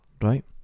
Right